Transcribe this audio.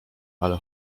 ale